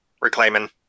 reclaiming